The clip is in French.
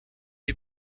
est